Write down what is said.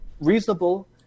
reasonable